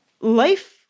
life